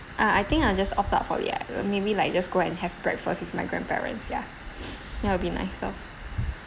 ah I think I'll just opt out for it ah maybe like just go and have breakfast with my grandparents ya that'll be nice loh